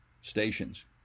stations